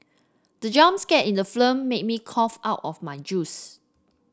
the jump scare in the film made me cough out my juice